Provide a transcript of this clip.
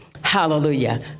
Hallelujah